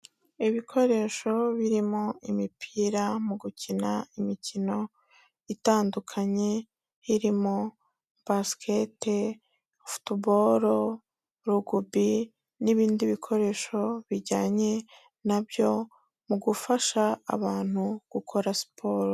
Ibikoresho birimo imipira mu gukina imikino itandukanye, irimo basikete, futubolo, rugubi n'ibindi bikoresho bijyanye na byo, mu gufasha abantu gukora siporo.